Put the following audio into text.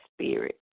spirit